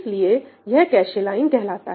इसलिए यह cache line कहलाता है